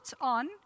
on